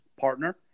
partner